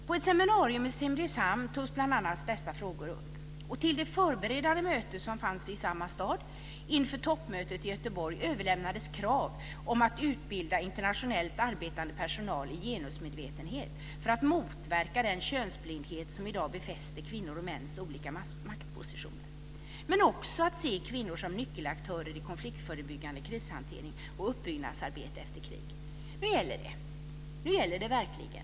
På ett seminarium i Simrishamn togs bl.a. dessa frågor upp. Till det förberedande möte inför toppmötet i Göteborg som ägde rum i samma stad överlämnades krav på att utbilda internationellt arbetande personal i genusmedvetenhet för att motverka den könsblindhet som i dag befäster kvinnors och mäns olika maktpositioner. Det gäller också att se kvinnor som nyckelaktörer i konfliktförebyggande krishantering och uppbyggnadsarbete efter krig. Nu gäller det verkligen!